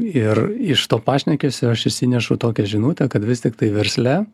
ir iš to pašnekesio aš išsinešu tokią žinutę kad vis tiktai versle